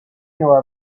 nor